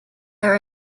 her